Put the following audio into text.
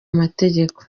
mategeko